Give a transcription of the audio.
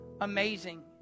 amazing